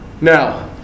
Now